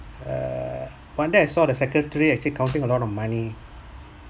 err one day I saw the secretary actually counting a lot of money